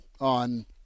on